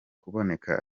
kuboneka